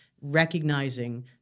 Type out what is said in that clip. recognizing